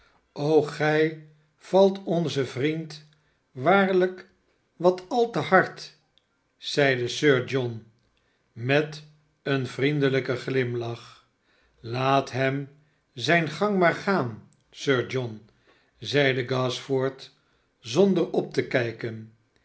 gij valt onzen vriend waarlijk wat al te hard zeide sir john met een vriendelijken glimlach laat hem zijn gang maar gaan sir john zeide gashford zonder op te kijken